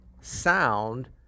sound